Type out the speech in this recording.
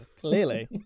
Clearly